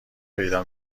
پیدا